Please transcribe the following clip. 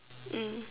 mm